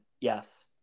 yes